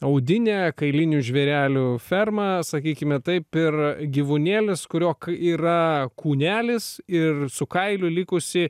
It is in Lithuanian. audinė kailinių žvėrelių ferma sakykime taip ir gyvūnėlis kurio yra kūnelis ir su kailiu likusi